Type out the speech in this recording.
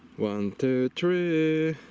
one, two, three.